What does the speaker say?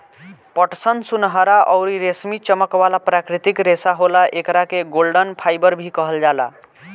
पटसन सुनहरा अउरी रेशमी चमक वाला प्राकृतिक रेशा होला, एकरा के गोल्डन फाइबर भी कहल जाला